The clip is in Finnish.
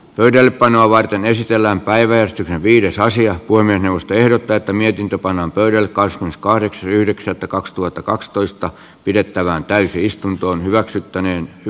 pöydällepanoa varten esitellään päivätty viides asiat poimienus tehdä tätä mietintö pannaan pöydälle cosmos kahdeksas yhdeksättä kaksituhattakaksitoista pidettävään täysistuntoon hyväksyttäneen j